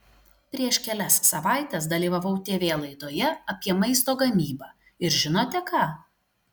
prieš kelias savaites dalyvavau tv laidoje apie maisto gamybą ir žinote ką